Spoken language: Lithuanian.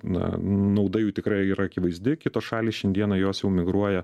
na nauda jų tikrai yra akivaizdi kitos šalys šiandieną jos jau migruoja